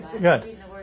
good